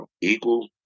equal